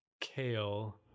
kale